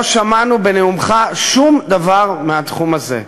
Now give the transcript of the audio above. לא שמענו בנאומך שום דבר מהתחום הזה.